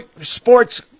sports